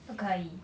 不可以